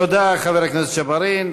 תודה, חבר הכנסת ג'בארין.